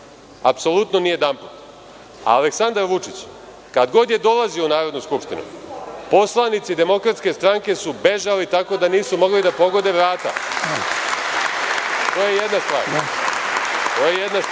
apsolutno ni jedanput. Aleksandar Vučić, kada god je dolazio u Narodnu skupštinu, poslanici DS su bežali, tako da nisu mogli da pogode vrata. To je jedna stvar.A druga stvar,